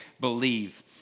believe